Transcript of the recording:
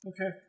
Okay